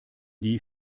die